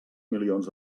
milions